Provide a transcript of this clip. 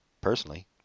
personally